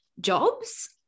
jobs